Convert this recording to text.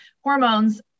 hormones